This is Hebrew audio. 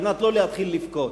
על מנת לא להתחיל לבכות.